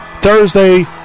Thursday